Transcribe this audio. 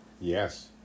Yes